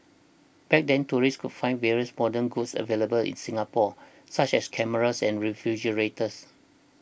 back then tourists could find various modern goods available in Singapore such as cameras and refrigerators